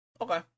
Okay